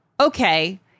okay